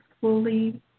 fully